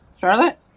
Charlotte